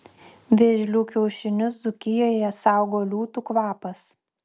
vėžlių kiaušinius dzūkijoje saugo liūtų kvapas